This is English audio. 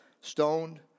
stoned